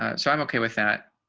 ah so i'm okay with that.